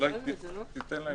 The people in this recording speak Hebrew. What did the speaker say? אולי תיתן להן.